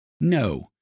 No